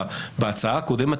בהצעה הקודמת,